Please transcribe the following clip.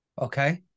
Okay